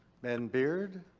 ben beard.